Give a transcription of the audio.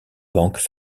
banques